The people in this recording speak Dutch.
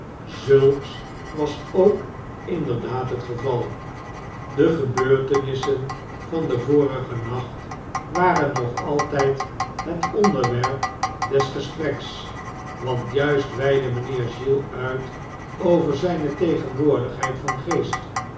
zulks was ook inderdaad het geval de gebeurtenissen van den vorigen nacht waren nog altijd het onderwerp des gespreks want juist weidde mijnheer giles uit over zijne tegenwoordigheid van geest